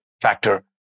factor